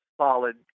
solid